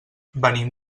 venim